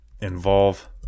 involve